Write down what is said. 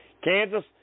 Kansas